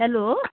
hello